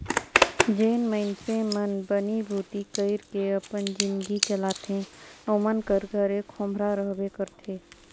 जेन मइनसे मन बनी भूती कइर के अपन जिनगी चलाथे ओमन कर घरे खोम्हरा रहबे करथे